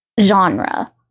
Genre